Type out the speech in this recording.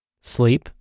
Sleep